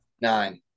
Nine